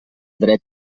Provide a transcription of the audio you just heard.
dret